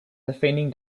defending